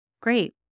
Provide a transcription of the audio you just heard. Great